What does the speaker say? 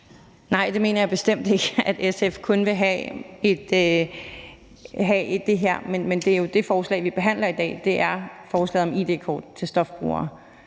(S): Jeg mener bestemt ikke, at SF kun vil have det her, men det er jo det forslag, vi behandler i dag, altså et forslag om id-kort til stofbrugere.